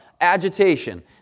agitation